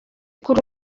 kuri